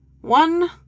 One